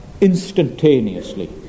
instantaneously